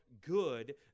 good